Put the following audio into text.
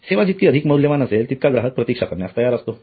सेवा जितकी अधिक मौल्यवान असेल तितका ग्राहक प्रतीक्षा करण्यास तयार असेल